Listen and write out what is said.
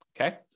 Okay